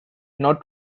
not